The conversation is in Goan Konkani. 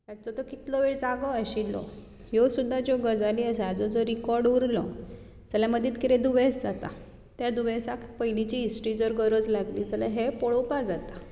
तो कितलो वेळ जागो आशिल्लो ह्यो सुद्दा ज्यो गजाली आसात त्यो रिकॉर्डीड उरलो जाल्यार मदींच कितें दुयेंस जाता त्या दुयेंसाक पयलींची हिस्ट्री तर गरज लागली जाल्यार हें पळोवपा जाता